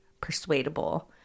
persuadable